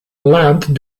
land